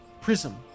prism